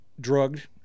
drugged